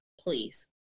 please